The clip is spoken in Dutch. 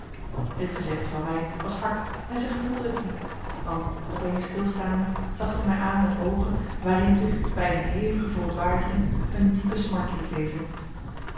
dit gezegde van mij was hard en zij gevoelde het diep want opeens stilstaande zag zij mij aan met oogen waarin zich bij eene hevige verontwaardiging eene diepe smart liet lezen